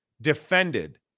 defended